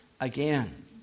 again